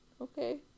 Okay